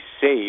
safe